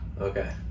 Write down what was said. Okay